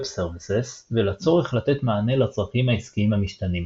Services ולצורך לתת מענה לצרכים העסקיים המשתנים.